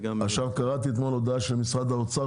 עכשיו קראתי אתמול הודעה של משרד האוצר,